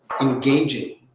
engaging